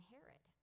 Herod